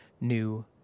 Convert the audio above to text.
new